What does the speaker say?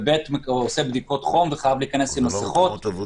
וב' עושה בדיקות חום וחייב להיכנס עם מסכות.